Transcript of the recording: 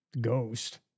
Ghost